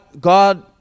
God